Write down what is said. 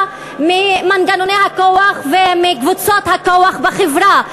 ממנגנוני הכוח ומקבוצות הכוח בחברה.